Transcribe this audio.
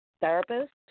therapist